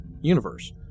universe